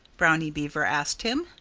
brownie beaver asked him.